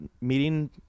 meeting